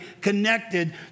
connected